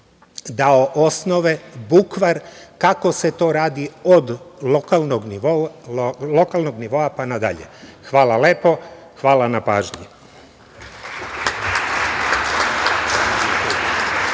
dao osnove, bukvar kako se to radi od lokalnog nivoa, pa na dalje. Hvala lepo. Hvala na pažnji.